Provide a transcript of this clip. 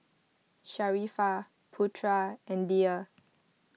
Sharifah Putra and Dhia